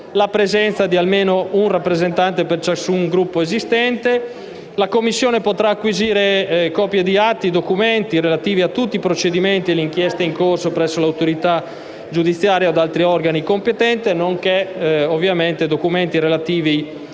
La Commissione può acquisire copie di atti e documenti relativi a tutti i procedimenti e le inchieste in corso presso l'autorità giudiziaria o altri organi inquirenti, nonché copie di atti e documenti